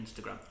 Instagram